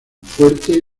fuerte